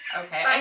Okay